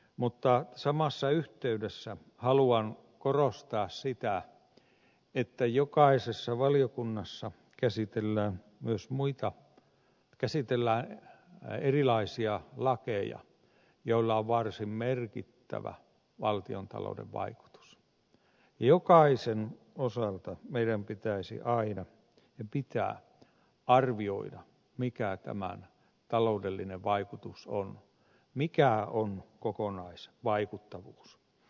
mutta samassa yhteydessä haluan korostaa sitä että jokaisessa valiokunnassa käsitellään erilaisia lakeja joilla on varsin merkittävä valtiontaloudellinen vaikutus ja jokaisen osalta meidän pitää aina arvioida mikä tämän taloudellinen vaikutus on mikä on kokonaisvaikuttavuus